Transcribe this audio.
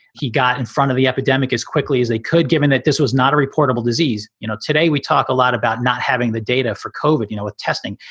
he got in front of the epidemic as quickly as they could, given that this was not a reportable disease. you know, today we talk a lot about not having the data for kovac. you know, with testing.